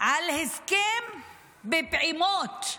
על הסכם בפעימות.